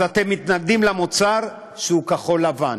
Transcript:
אז אתם מתנגדים למוצר שהוא כחול-לבן?